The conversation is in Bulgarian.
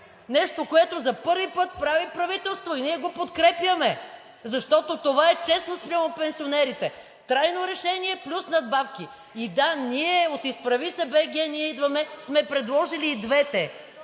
нещо, което за първи път прави правителството, го подкрепяме, защото е честно спрямо пенсионерите – трайно решение плюс надбавки. От „Изправи се БГ! Ние идваме!“ сме предложили и двете